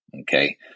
Okay